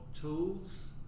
tools